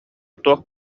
туох